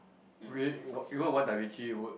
re~ even one Da-Vinci would